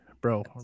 bro